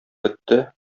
бетте